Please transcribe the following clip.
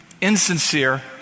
insincere